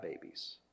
babies